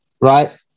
right